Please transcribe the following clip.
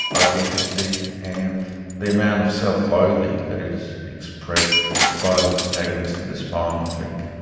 identity, and the amount of self loathing that is expressed by the protagonist in this poem i think.